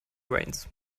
veins